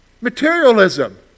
Materialism